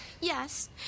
Yes